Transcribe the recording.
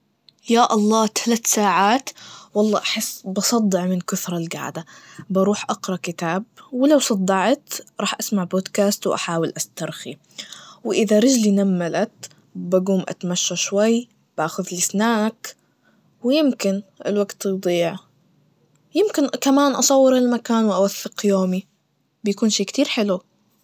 يا الله! ثلاث ساعات والله أحس بصدع من كثر القعدة, بروح أقرا كتاب, ولو صدعت راح اسمع بودكاست وأحاول استرخي, وإذا رجلي نملت, بقوم اتمشى شوي, باخذلي سناك, ويمكن الوقت يضيع, يمكن أ- كمان أصور المكان وأوثق يومي, بيكون شي كتير حلو.